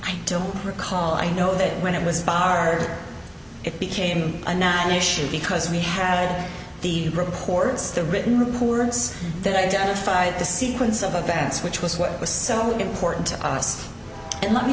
i don't recall i know that when it was barred it became a national because we had the records the written words that identified the sequence of events which was what was so important to us and let me